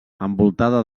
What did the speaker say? envoltada